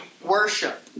worship